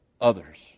others